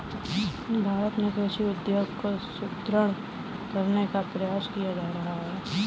भारत में कृषि उद्योग को सुदृढ़ करने का प्रयास किया जा रहा है